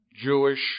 Jewish